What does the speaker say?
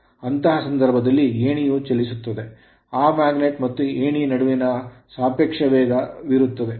ಅಂತಹ ಸಂದರ್ಭದಲ್ಲಿ ಏಣಿಯೂ ಚಲಿಸುತ್ತದೆ ಆ magnet ಮತ್ತು ಏಣಿಯ ನಡುವೆ ಸಾಪೇಕ್ಷ ವೇಗವಿರುತ್ತದೆ